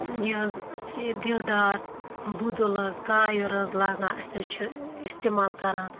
یہِ حظ أسۍ چھِ یہِ دِودار بُدُل حظ کایُر حظ لاگان اَسہِ حظ چھِ استعمال کَران